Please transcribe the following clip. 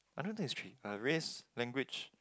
I don't think it's three uh race language